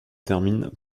termine